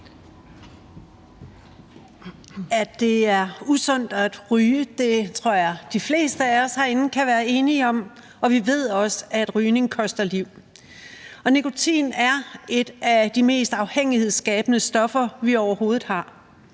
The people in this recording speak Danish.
At det er usundt at ryge, tror jeg de fleste af os herinde kan være enige om. Vi ved også, at rygning koster liv. Nikotin er et af de mest afhængighedsskabende stoffer, vi overhovedet har.